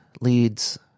leads